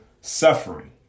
suffering